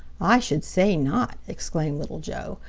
i should say not, exclaimed little joe.